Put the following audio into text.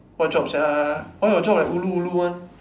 what job sia why your job like ulu ulu [one]